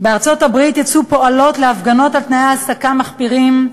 בארצות-הברית יצאו פועלות להפגנות על תנאי העסקה מחפירים,